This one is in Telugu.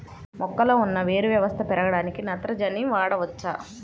మొక్కలో ఉన్న వేరు వ్యవస్థ పెరగడానికి నత్రజని వాడవచ్చా?